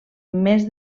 més